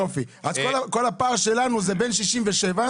שלכם שבא